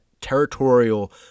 territorial